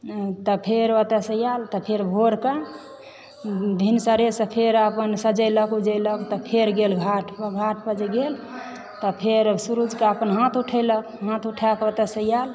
तऽ फेर ओतयसँ आयल तब फेर भोरके भिनसरेसँ फेर अपन सजेलक उजेलक तब फेर गेल घाट घाट पर जे गेल तऽ फेर सूरजके अपन हाथ उठेलक हाथ उठाके ओतयसे आयल